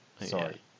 Sorry